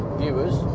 viewers